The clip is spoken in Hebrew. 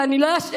אני לא ישן,